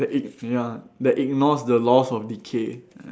that ig~ ya that ignores the laws of decay